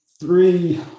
Three